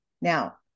Now